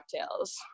cocktails